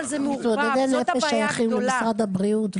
מתמודדי נפש שייכים למשרד הבריאות.